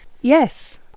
Yes